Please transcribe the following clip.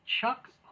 Chuck